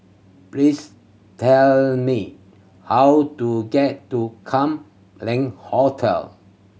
please tell me how to get to Kam Leng Hotel